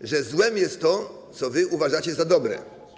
że złem jest to, co wy uważacie za dobre.